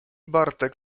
bartek